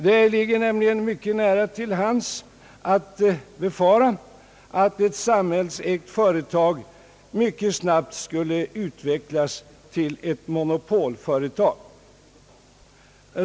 Det ligger nämligen nära till hands att befara att ett samhällsägt företag mycket snabbt skulle kunna utvecklas till ett monopolföretag.